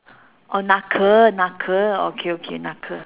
orh knuckle knuckle okay okay knuckle